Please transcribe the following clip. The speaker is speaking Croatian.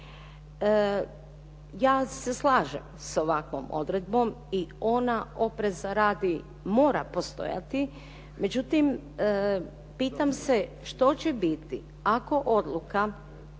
Ja se slažem s ovakvom odredbom i ona opreza radi mora postojati, međutim pitam se što će biti ako odluka